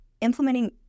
implementing